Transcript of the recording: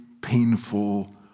painful